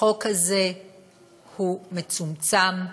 החוק הזה הוא מצומצם,